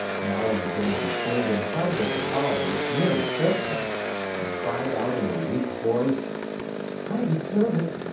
now and again he pulled and tugged at the collar which nearly choked him and cried out in a weak voice i deserve it!